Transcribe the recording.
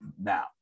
Now